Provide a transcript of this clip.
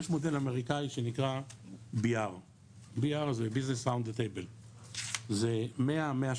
יש מודל אמריקאי שנקרא BR. BR זה business --- Table.